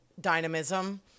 dynamism